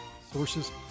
sources